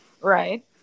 Right